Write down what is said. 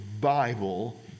Bible